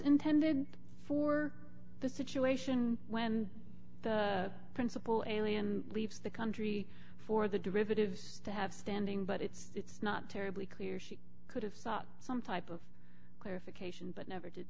intended for the situation when the principal alien leaves the country for the derivatives to have standing but it's not terribly clear she could have sought some type of clarification but never did